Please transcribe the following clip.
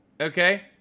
okay